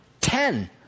Ten